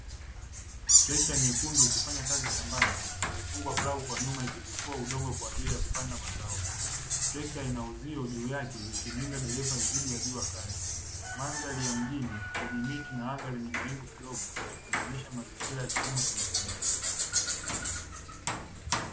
Trekta nyekundu ikifanya kazi shambani, imefungwa plau kwa nyuma ikitifua udongo kwa ajili ya kupanda mazao. Trekta ina uzio juu yake, ikimlinda dereva dhidi ya jua kali. Mandhari ya mjini yenye miti na anga lenye mawingu kidogo, inaonesha mazingira ya kilimo cha mashambani.